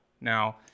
Now